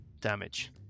damage